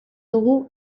dugu